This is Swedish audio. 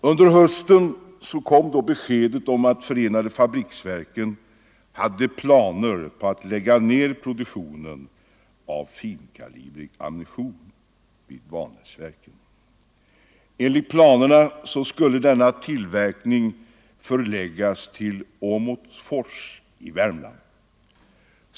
Under hösten kom så beskedet om att förenade fabriksverken hade planer på att lägga ned produktionen av finkalibrig ammunition vid Vanäsverken. Enligt planerna skulle denna tillverkning förläggas till Åmotsfors i Värmland.